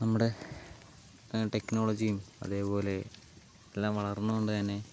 നമ്മുടെ ടെക്നോളജിയും അതേപോലെ എല്ലാം വളർന്നുകൊണ്ടുതന്നെ